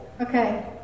Okay